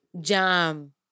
Jam